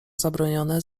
zabronione